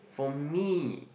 for me